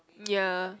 ya